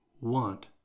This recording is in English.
want